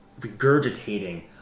regurgitating